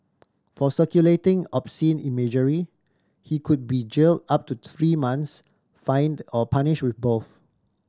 for circulating obscene imagery he could be jail up to three months fined or punish with both